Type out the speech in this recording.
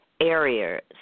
areas